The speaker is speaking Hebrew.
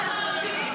מה זה השפה הזאת?